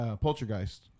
Poltergeist